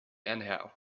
anyhow